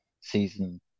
season